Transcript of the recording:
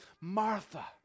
Martha